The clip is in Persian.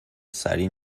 سریع